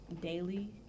daily